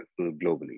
globally